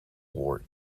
bored